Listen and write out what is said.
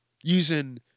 using